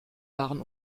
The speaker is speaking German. waren